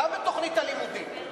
גם בתוכנית הלימודים.